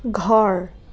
ঘৰ